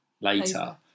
Later